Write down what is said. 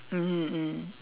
mmhmm mm